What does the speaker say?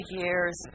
years